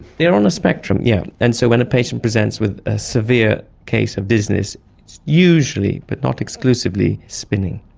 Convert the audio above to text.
they are on a spectrum, yes. and so when a patient presents with a severe case of dizziness, it's usually but not exclusively spinning.